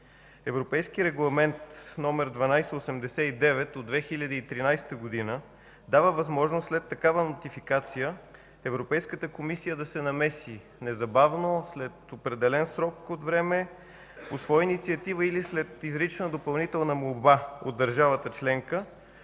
Европейският регламент № 1289/2013 дава възможност след такава нотификация Европейската комисия да се намеси незабавно след определен срок от време по своя инициатива или след изрична допълнителна молба от държавата членка,